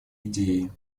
идеи